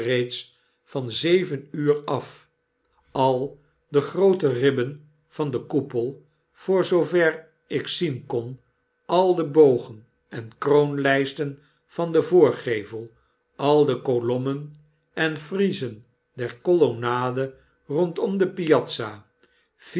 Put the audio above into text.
van zeven uur af al de groote ribben van den koepel voor zoover ik zien kon al de bogen en kroonlysten van den voorgevel al de kolommen en friezen der kolonnade rondom de piazza